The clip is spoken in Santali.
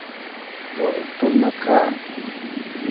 ᱫᱚ ᱩᱛᱛᱚᱨ ᱱᱟᱠᱷᱟ